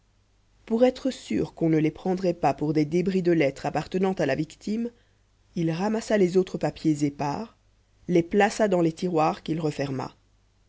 pour être sûr qu'on ne les prendrait pas pour des débris de lettres appartenant à la victime il ramassa les autres papiers épars les plaça dans les tiroirs qu'il referma